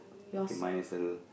okay mine is a